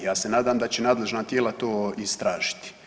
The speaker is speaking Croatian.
Ja se nadam da će nadležna tijela to istražiti.